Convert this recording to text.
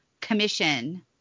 commission